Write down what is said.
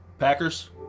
Packers